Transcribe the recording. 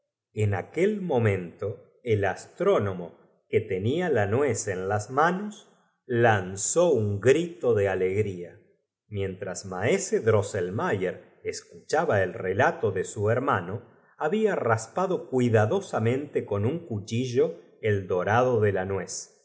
en aquel momento el astrónomo que tenia in nuez en as mano s lanzó un g rito de alegría mientras maese rosselmayer escuchaba el relato de su hermano había raspado cuidadosam ente con un cuchi llo el dorado de la nuez